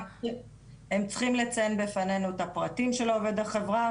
הם צריכים לציין בפנינו את הפרטים של עובד החברה,